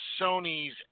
Sony's